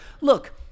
Look